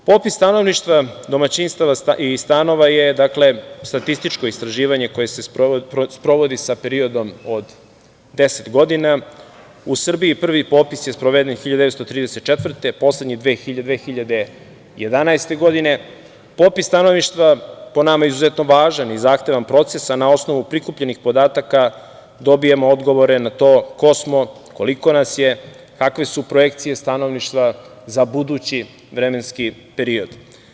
Popis stanovništva, domaćinstava i stanova, statističko istraživanje koje se sprovodi sa periodom od 10 godina, u Srbiji prvi popis je sproveden 1934. a poslednji 2011. godine, po nama, izuzetno važan i zahtevan proces, a na osnovu prikupljenih podataka dobijamo odgovore na to ko smo, koliko nas je, kakve su projekcije stanovništva za budući vremenski period.